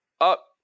up